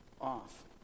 off